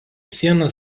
sieną